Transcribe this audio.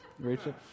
Rachel